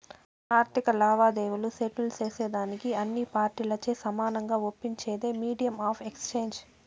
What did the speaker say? ఆర్థిక లావాదేవీలు సెటిల్ సేసేదానికి అన్ని పార్టీలచే సమానంగా ఒప్పించేదే మీడియం ఆఫ్ ఎక్స్చేంజ్